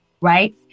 right